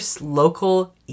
local